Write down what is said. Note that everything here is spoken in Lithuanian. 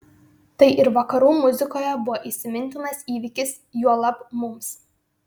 tai ir vakarų muzikoje buvo įsimintinas įvykis juolab mums